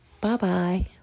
Bye-bye